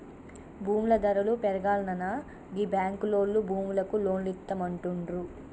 భూముల ధరలు పెరుగాల్ననా గీ బాంకులోల్లు భూములకు లోన్లిత్తమంటుండ్రు